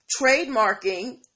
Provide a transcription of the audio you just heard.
trademarking